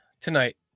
tonight